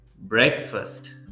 breakfast